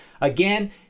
Again